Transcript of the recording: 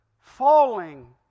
falling